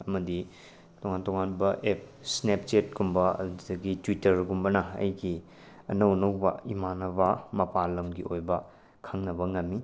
ꯑꯃꯗꯤ ꯇꯣꯡꯉꯥꯟ ꯇꯣꯡꯉꯥꯟꯕ ꯑꯦꯞ ꯁ꯭ꯅꯦꯞꯆꯦꯠꯀꯨꯝꯕ ꯑꯗꯨꯗꯒꯤ ꯇ꯭ꯋꯤꯇꯔꯒꯨꯝꯕꯅ ꯑꯩꯒꯤ ꯑꯅꯧ ꯑꯅꯧꯕ ꯏꯃꯥꯟꯅꯕ ꯃꯄꯥꯟꯂꯝꯒꯤ ꯑꯣꯏꯕ ꯈꯪꯅꯕ ꯉꯝꯃꯤ